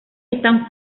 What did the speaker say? están